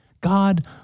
God